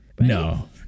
No